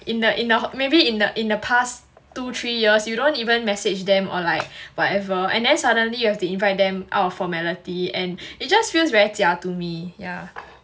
in the maybe in the in the past two three years you don't even message them or like whatever and then suddenly you have the invite them out of formality and it just feels very 假 to me yeah